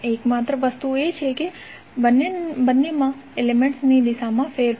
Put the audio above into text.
એકમાત્ર વસ્તુ એ છે કે એલિમેન્ટ્સ ની દિશામાં ફેરફાર